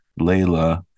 Layla